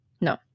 No